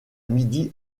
midi